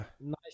nice